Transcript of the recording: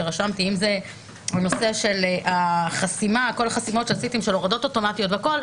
אם זה הנושא של כל החסימות שעשיתם של הורדות אוטומטיות והכל,